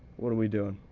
what are we doing?